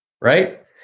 right